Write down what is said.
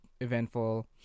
eventful